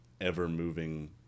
ever-moving